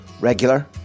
regular